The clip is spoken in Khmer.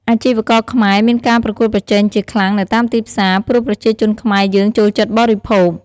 អាជីវករខ្មែរមានការប្រកួតប្រជែងជាខ្លាំងនៅតាមទីផ្សា ព្រោះប្រជាជនខ្មែរយើងចូលចិត្តបរិភោគ។